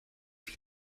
wie